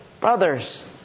brothers